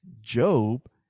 Job